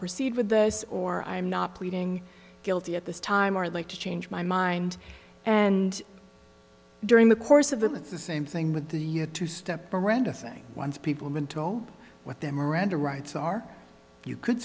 proceed with this or i'm not pleading guilty at this time or like to change my mind and during the course of them it's the same thing with the two step brenda thing once people been told what their miranda rights are you could